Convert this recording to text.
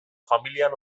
familian